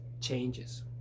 Changes